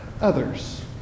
others